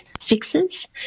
fixes